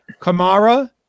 Kamara